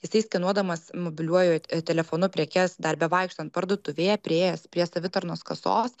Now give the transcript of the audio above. jisai skenuodamas mobiliuoju telefonu prekes dar bevaikštant parduotuvėje priėjęs prie savitarnos kasos